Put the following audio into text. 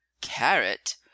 carrot